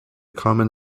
common